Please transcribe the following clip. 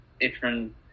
different